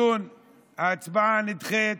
ההצבעה נדחית,